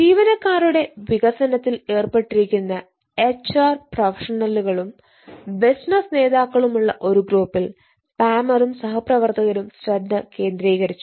ജീവനക്കാരുടെ വികസനത്തിൽ ഏർപ്പെട്ടിരിക്കുന്ന എച്ച്ആർ പ്രൊഫഷണലുകളും ബിസിനസ്സ് നേതാക്കളുമുള്ള ഒരു ഗ്രൂപ്പിൽ പാമറും സഹപ്രവർത്തകരും ശ്രദ്ധ കേന്ദ്രീകരിച്ചു